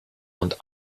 und